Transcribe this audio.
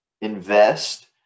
invest